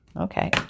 okay